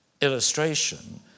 illustration